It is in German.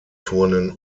turnen